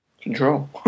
Control